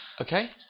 Okay